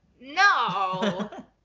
No